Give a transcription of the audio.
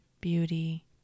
beauty